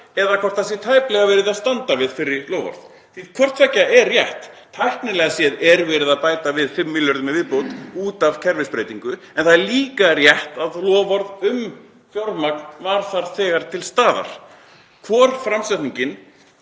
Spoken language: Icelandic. eða hvort tæplega sé verið að standa við fyrri loforð? Hvort tveggja er rétt. Tæknilega séð er verið að bæta við 5 milljörðum í viðbót út af kerfisbreytingu, en það er líka rétt að loforð um fjármagn var þegar til staðar. Hvor framsetningin